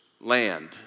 land